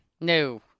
No